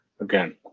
again